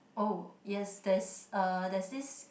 oh yes there's uh there's this